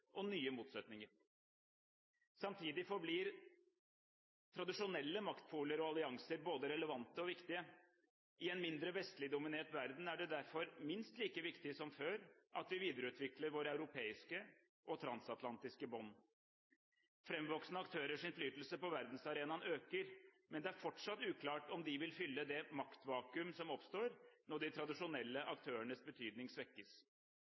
og nye motsetninger. Samtidig forblir tradisjonelle maktpoler og allianser både relevante og viktige. I en mindre vestligdominert verden er det derfor minst like viktig som før at vi videreutvikler våre europeiske og transatlantiske bånd. Framvoksende aktørers innflytelse på verdensarenaen øker, men det er fortsatt uklart om de vil fylle det maktvakuum som oppstår når de tradisjonelle aktørers betydning svekkes.